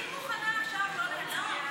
אני מוכנה עכשיו לא להצביע,